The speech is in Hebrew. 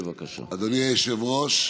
אדוני היושב-ראש,